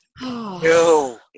no